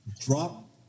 drop